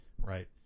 right